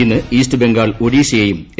ഇന്ന് ഇൌസ്റ്റ് ബംഗാൾ ഒഡീഷയെയും എ